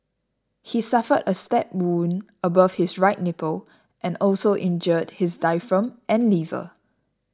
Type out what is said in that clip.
he suffered a stab wound above his right nipple and also injured his diaphragm and liver